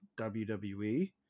WWE